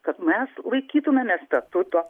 kad mes laikytumėmės statuto